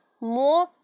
more